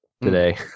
today